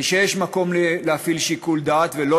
ושיש מקום להפעיל שיקול דעת ולא